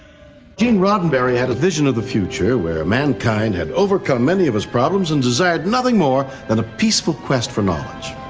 gene roddenberry had a vision of the future where mankind had overcome many of its problems and desired nothing more than a peaceful quest for knowledge.